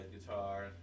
guitar